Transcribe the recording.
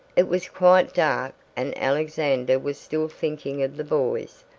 it was quite dark and alexander was still thinking of the boys,